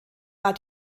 war